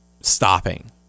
stopping